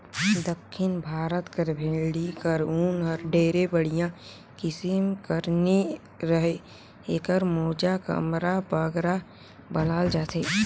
दक्खिन भारत कर भेंड़ी कर ऊन हर ढेर बड़िहा किसिम कर नी रहें एकर मोजा, कमरा बगरा बनाल जाथे